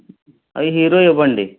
అవి హీరో ఇవ్వండి